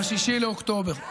ב-6 באוקטובר.